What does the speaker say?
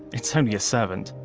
it's only a servant